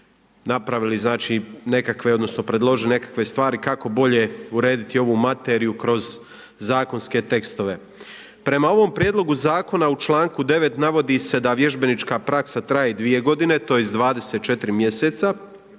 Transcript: predložili nekakve stvari kako bolje urediti ovu materiju kroz zakonske tekstove. Prema ovom prijedlogu zakona u članku 9. navodi se da vježbenička praksa traje 2 godine, tj. 24 mjeseca,